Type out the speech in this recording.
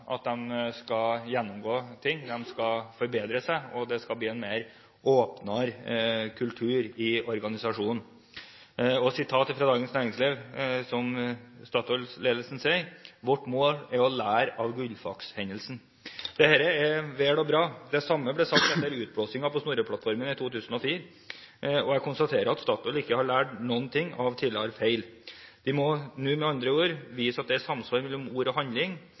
at de skal gjennomgå ting, de skal forbedre seg, og det skal bli en åpnere kultur i organisasjonen – sitat fra Dagens Næringsliv, hvor Statoil-ledelsen sier at deres mål er å lære av Gullfaks-hendelsen. Dette er vel og bra. Det samme ble sagt etter utblåsingen på Snorre-plattformen i 2004. Jeg konstaterer at Statoil ikke har lært noen ting av tidligere feil. De må med andre ord nå vise at det er samsvar mellom ord og handling.